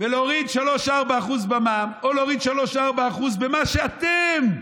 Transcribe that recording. ולהוריד 3%-4% במע"מ או להוריד 3%-4% במה שאתם,